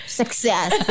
success